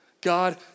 God